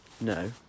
no